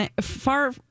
far